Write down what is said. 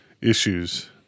issues